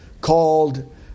called